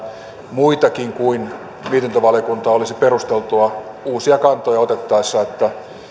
muitakin kuin mietintövaliokuntaa olisi perusteltua uusia kantoja otettaessa että